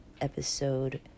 episode